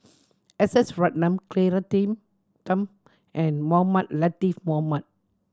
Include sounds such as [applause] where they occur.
S S Ratnam Claire [unintelligible] Tham and Mohamed Latiff Mohamed